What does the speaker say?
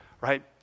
Right